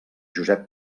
josep